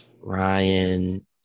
Ryan